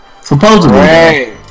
Supposedly